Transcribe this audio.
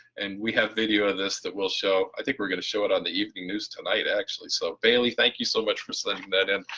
and we have video in this that we'll show, i think we're gonna show it on the evening news tonight, actually, so bailey thank you so much for sending that in.